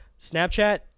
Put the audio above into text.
Snapchat